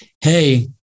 Hey